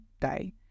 day